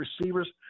receivers